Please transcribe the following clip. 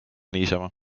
niisama